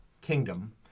kingdom